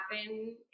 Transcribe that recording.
happen